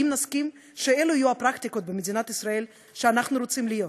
האם נסכים שאלה יהיו הפרקטיקות שאנחנו רוצים במדינת ישראל?